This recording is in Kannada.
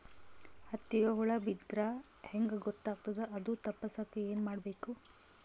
ಹತ್ತಿಗ ಹುಳ ಬಿದ್ದ್ರಾ ಹೆಂಗ್ ಗೊತ್ತಾಗ್ತದ ಅದು ತಪ್ಪಸಕ್ಕ್ ಏನ್ ಮಾಡಬೇಕು?